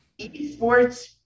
Esports